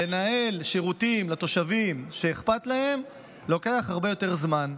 לנהל שירותים לתושבים שאכפת להם לוקח הרבה יותר זמן.